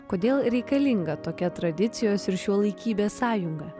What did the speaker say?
kodėl reikalinga tokia tradicijos ir šiuolaikybės sąjunga